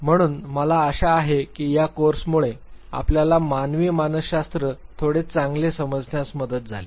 म्हणून मला आशा आहे की या कोर्समुळे आपल्याला मानवी मानसशास्त्र थोडे चांगले समजण्यास मदत झाली